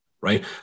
Right